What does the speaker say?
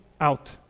out